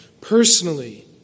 personally